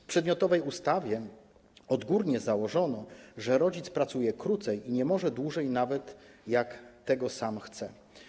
W przedmiotowej ustawie odgórnie założono, że rodzic pracuje krócej i nie może dłużej, nawet jak tego sam chce.